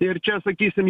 ir čia sakysim